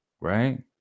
right